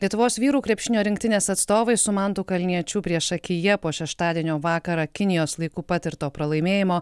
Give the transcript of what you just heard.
lietuvos vyrų krepšinio rinktinės atstovai su mantu kalniečiu priešakyje po šeštadienio vakarą kinijos laiku patirto pralaimėjimo